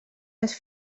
les